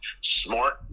smart